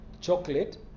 chocolate